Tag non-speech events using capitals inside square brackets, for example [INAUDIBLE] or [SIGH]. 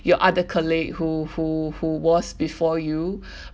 your other colleague who who who was before you [BREATH]